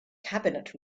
cabinet